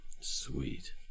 Sweet